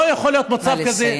לא יכול להיות מצב כזה.